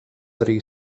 arī